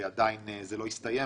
זה עדיין לא הסתיים,